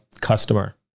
customer